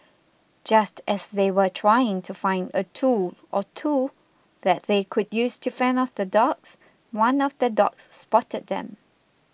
just as they were trying to find a tool or two that they could use to fend off the dogs one of the dogs spotted them